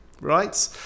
right